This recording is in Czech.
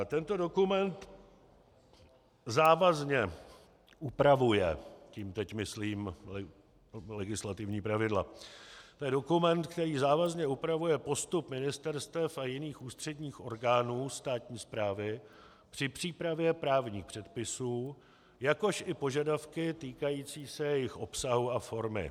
Tento dokument závazně upravuje tím teď myslím legislativní pravidla postup ministerstev a jiných ústředních orgánů státní správy při přípravě právních předpisů, jakož i požadavky týkající se jejich obsahu a formy.